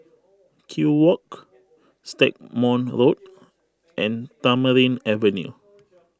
Kew Walk Stagmont Road and Tamarind Avenue